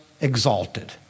exalted